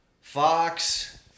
fox